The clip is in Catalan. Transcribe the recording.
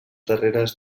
darreres